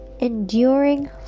enduring